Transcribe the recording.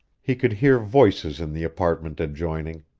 he could hear voices in the apartment adjoining,